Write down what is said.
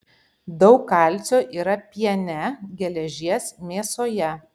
daug kalcio yra piene geležies mėsoje